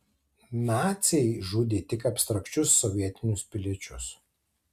naciai žudė tik abstrakčius sovietinius piliečius